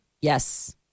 Yes